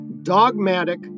dogmatic